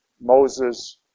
Moses